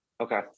Okay